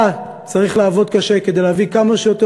אתה צריך לעבוד קשה כדי להביא כמה שיותר